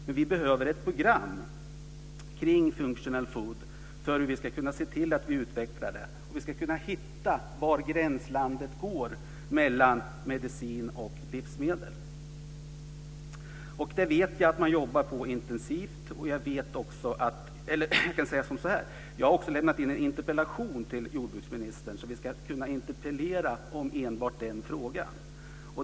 Men vi behöver ett program kring functional food för att kunna se till att utveckla detta. Vi ska kunna hitta var gränslandet ligger mellan medicin och livsmedel. Det vet jag att man jobbar intensivt på. Jag har också lämnat in en interpellation till jordbruksministern så att vi ska kunna diskutera enbart den frågan.